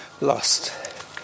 lost